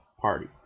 party